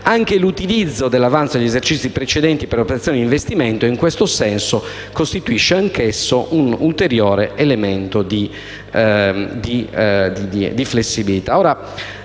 anche l'utilizzo dell'avanzo di esercizi precedenti per operazioni di investimento e, in questo senso, costituisce anch'essa un ulteriore elemento di flessibilità.